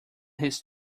his